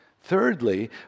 thirdly